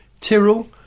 Tyrrell